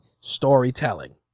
storytelling